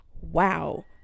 Wow